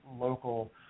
local